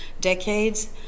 decades